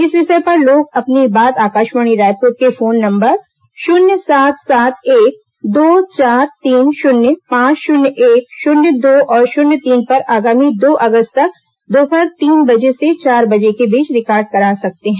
इस विषय पर लोग अपनी बात आकाशवाणी रायपुर के फोन नंबर शून्य सात सात एक दो चार तीन शून्य पांच शून्य एक शून्य दो और शून्य तीन पर आगामी दो अगस्त तक दोपहर तीन बजे से चार बजे के बीच रिकॉर्ड करा सकते हैं